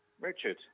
Richard